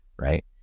right